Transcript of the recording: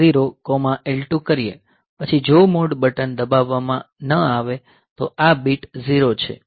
0L2 કરીએ પછી જો મોડ બટન દબાવવા માં ન આવે તો આ બીટ 0 છે